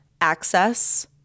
access